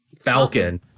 Falcon